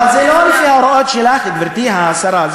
אבל זה לא לפי ההוראות שלך, גברתי השרה.